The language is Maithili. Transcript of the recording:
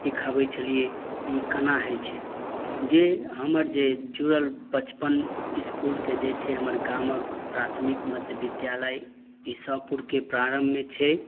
सिखाबय छलियै जे ई केना होइ छै जे हमर जे जुड़ल बचपन इसकुलके जे छै हमर गामक प्राथमिक मध्य विद्यालय इसहपुरके प्रारम्भमे छै